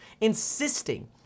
insisting